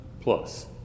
plus